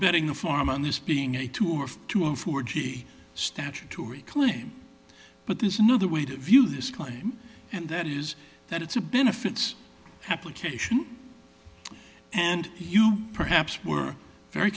betting the farm on this being a two or two or four g statutory claim but there is another way to view this claim and that is that it's a benefits application and you perhaps were very